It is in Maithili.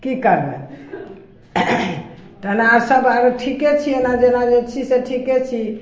की करबै तहन आओर सभ आरो ठीके छियै जेना जे छी से ठीके छी